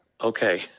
Okay